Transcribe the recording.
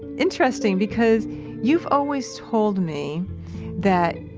interesting, because you've always told me that